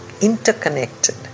interconnected